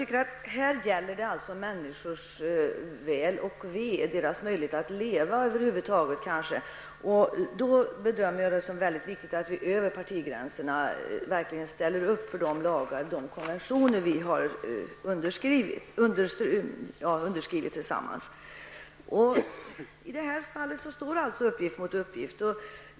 Herr talman! Detta gäller människors väl och ve och kanske deras möjligheter att överleva. Då bedömer jag det som väldigt viktigt att vi över partigränserna lever upp till de lagar och konventioner som vi tillsammans står bakom. Här står uppgift mot uppgift.